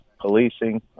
policing